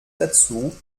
dazu